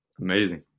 Amazing